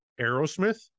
Aerosmith